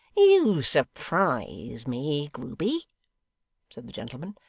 you surprise me, grueby said the gentleman.